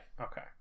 Okay